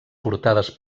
portades